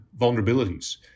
vulnerabilities